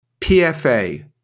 PFA